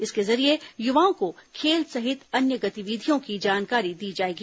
इसके जरिए युवाओं को खेल सहित अन्य गतिविधियों की जानकारी दी जाएगी